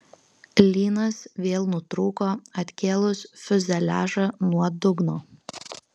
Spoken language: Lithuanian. lynas vėl nutrūko atkėlus fiuzeliažą nuo dugno